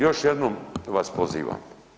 Još jednom vas pozivam.